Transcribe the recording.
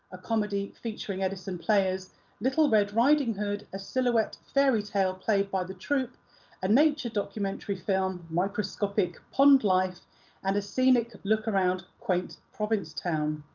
a comedy featuring edison players little red riding hood, a silhouette fairy tale played by the troupe a nature documentary film, microscopic pond life and a scenic look around quaint provincetown.